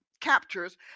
captures